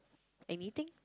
anything